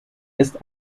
ist